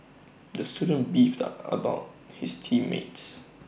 the student beefed A about his team mates